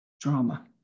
drama